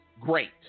Great